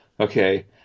Okay